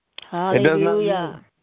Hallelujah